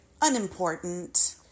unimportant